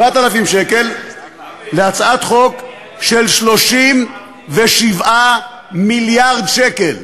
7,000 שקל להצעת חוק של 37 מיליארד שקל.